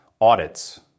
Audits